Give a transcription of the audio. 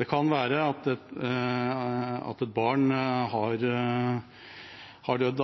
Det kan være at det er en sammenheng mellom dette og at et barn har dødd,